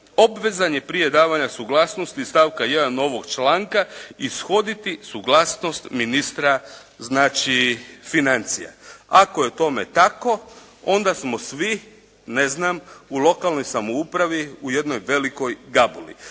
obvezan je prije davanja suglasnosti iz stavka 1. ovog članka ishoditi suglasnost ministra financija. Ako je tome tako onda smo svi u lokalnoj samoupravi u jednoj velikoj gabuli.